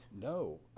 No